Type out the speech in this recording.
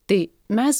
tai mes